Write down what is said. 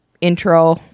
Intro